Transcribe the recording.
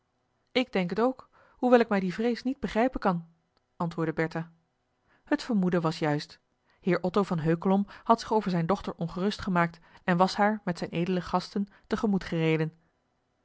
ik denk het ook hoewel ik mij die vrees niet begrijpen kan antwoordde bertha het vermoeden was juist heer otto van heukelom had zich over zijne dochter ongerust gemaakt en was haar met zijn edele gasten tegemoet gereden